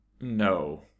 No